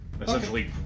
essentially